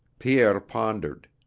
pierre pondered.